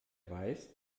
weiß